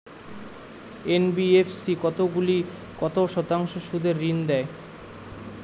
NBFC কতগুলি কত শতাংশ সুদে ঋন দেয়?